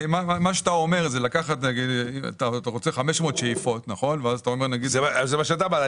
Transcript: אתה רוצה 500 שאיפות ואז אתה אומר --- זה מה שאתה אומר.